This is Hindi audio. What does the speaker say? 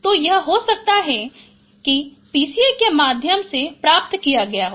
तो यह हो सकता है कि इस PCA के माध्यम से ही प्राप्त किया गया हो